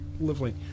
lovely